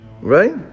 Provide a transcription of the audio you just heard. Right